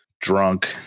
drunk